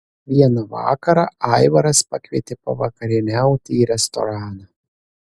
vieną vakarą aivaras pakvietė pavakarieniauti į restoraną